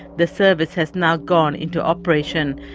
the service has now gone into operation.